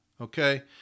Okay